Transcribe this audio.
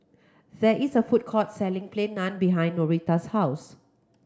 there is a food court selling Plain Naan behind Norita's house